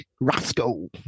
Roscoe